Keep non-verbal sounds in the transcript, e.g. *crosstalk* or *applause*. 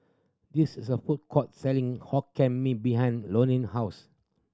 this is a food court selling Hokkien Mee behind *unintelligible* house